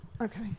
Okay